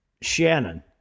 Shannon